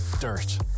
dirt